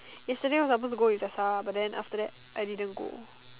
yesterday I was supposed to go with Jasa but then after that I didn't go